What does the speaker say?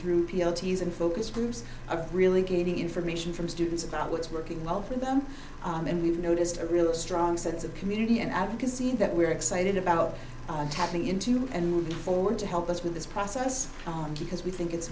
use and focus groups are really getting information from students about what's working well for them and we've noticed a real strong sense of community and advocacy in that we're excited about tapping into it and moving forward to help us with this process down because we think it's